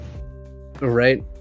right